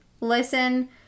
listen